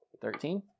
Thirteen